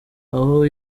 aho